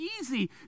easy